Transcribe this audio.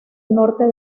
norte